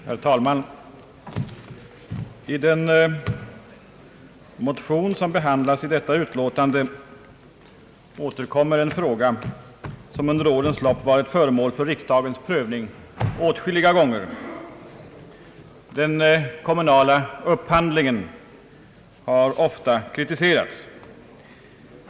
Herr talman! I den motion som behandlas i detta utlåtande återkommer en fråga som under årens lopp varit föremål för riksdagens prövning åtskilliga gånger. Den kommunala upphandlingen har ofta kritiserats.